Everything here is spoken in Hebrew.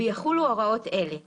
ויחולו הוראות אלה - (1)